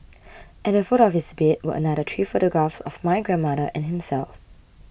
at the foot of his bed were another three photographs of my grandmother and himself